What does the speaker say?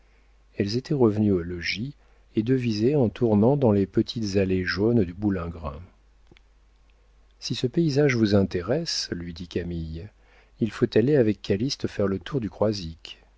elles étaient revenues au logis et devisaient en tournant dans les petites allées jaunes du boulingrin si ce paysage vous intéresse lui dit camille il faut aller avec calyste faire le tour du